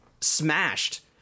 smashed